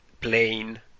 plain